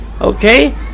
Okay